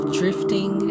drifting